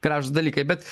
gražūs dalykai bet